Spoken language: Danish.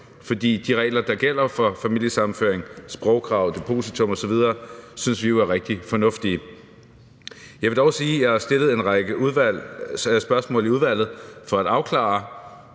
for de regler, der gælder for familiesammenføring – sprogkrav, depositum osv. – synes vi er rigtig fornuftige. Jeg vil dog sige, at jeg har stillet en række spørgsmål i udvalget for at afklare,